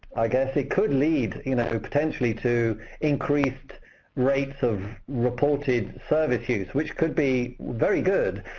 i guess it could lead you know potentially to increased rates of reported service use, which could be very good